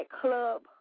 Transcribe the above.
Club